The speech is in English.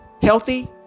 Healthy